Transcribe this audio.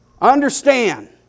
Understand